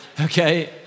Okay